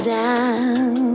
down